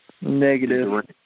Negative